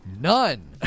none